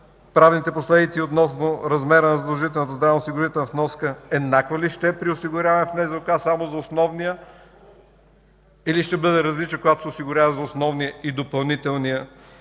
правните последици относно размера на задължителната здравноосигурителна вноска еднакви ли ще са при осигуряването в НЗОК само за основния, или ще бъдат различни, когато се осигурява за основен и допълнителен